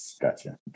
Gotcha